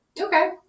Okay